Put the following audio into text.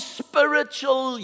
spiritual